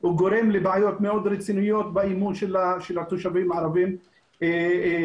הוא גורם לבעיות מאוד רציניות באימון של התושבים הערבים במשטרה.